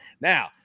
Now